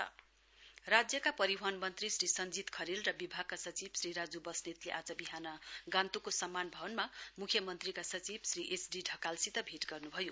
Covid donation राज्यका परिवहन मन्त्री श्री सञ्जित खरेल र विभागका सचिव श्री राजु वस्नेतले आज विहान गान्तोकको सम्मान भवनमा मुख्यमन्त्रीका सचिव श्री एसडी ढकाल सित भेट गर्नुभयो